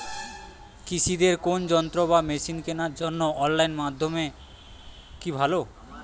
কৃষিদের কোন যন্ত্র বা মেশিন কেনার জন্য অনলাইন মাধ্যম কি ভালো?